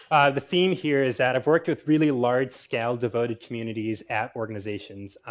the theme here is that i've worked with really large scale devoted communities at organizations,